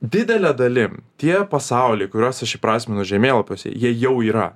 didele dalim tie pasauliai kuriuos aš įprasminu žemėlapiuose jie jau yra